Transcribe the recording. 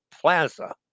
Plaza